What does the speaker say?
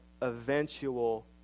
eventual